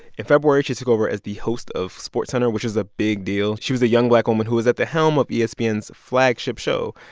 in february, she took over as the host of sportscenter, which is a big deal. she was a young black woman who was at the helm of espn's flagship show.